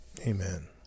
Amen